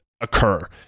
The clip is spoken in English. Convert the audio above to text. occur